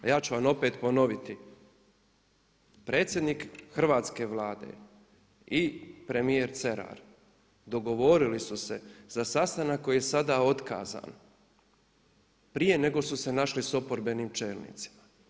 A ja ću vam opet ponoviti, predsjednik hrvatske Vlade i premijer Cerar dogovorili su se za sastanak koji je sada otkazan prije nego su se našli sa oporbenim čelnicima.